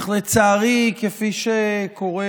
אך לצערי, כפי שקורה